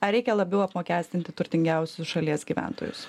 ar reikia labiau apmokestinti turtingiausius šalies gyventojus